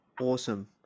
Awesome